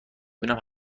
بینم